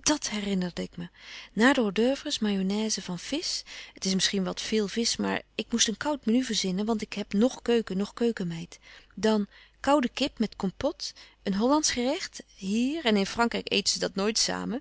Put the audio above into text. dàt herinnerde ik me na de hors d oeuvres mayonnaise van visch het is misschien wat veel visch maar ik moest een koud menu verzinnen want ik heb noch keuken noch keukenmeid dan koude kip met compôte een hollandsch gerecht hier en in frankrijk eten ze dat nooit samen